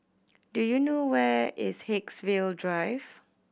do you know where is Haigsville Drive